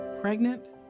Pregnant